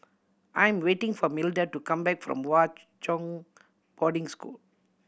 I am waiting for Milda to come back from Hwa Chong Boarding School